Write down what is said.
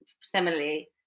similarly